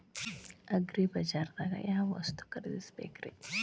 ಅಗ್ರಿಬಜಾರ್ದಾಗ್ ಯಾವ ವಸ್ತು ಖರೇದಿಸಬೇಕ್ರಿ?